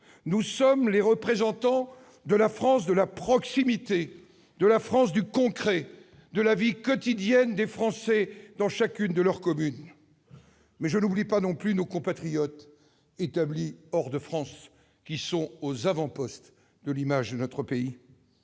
Nous sommes les représentants de la France de la proximité, de la France du concret, de la vie quotidienne des Français dans chacune de leurs communes. Je n'oublie pas nos compatriotes établis hors de France, qui sont aux avant-postes pour incarner notre pays.